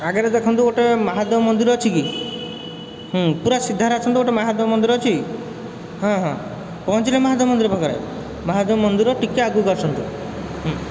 ଆଗରେ ଦେଖନ୍ତୁ ଗୋଟେ ମାହାଦେବ ମନ୍ଦିର ଅଛି କି ହୁଁ ପୁରା ସିଧାରେ ଆସନ୍ତୁ ଗୋଟେ ମାହାଦେବ ମନ୍ଦିର ଅଛି କି ହଁ ହଁ ପହଞ୍ଚିଲେ ମାହାଦେବ ମନ୍ଦିର ପାଖରେ ମାହାଦେବ ମନ୍ଦିର ଟିକିଏ ଆଗକୁ ଆସନ୍ତୁ ହୁଁ